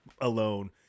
alone